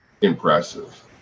impressive